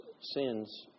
sins